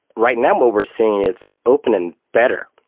right now i'm overseeing its open and better,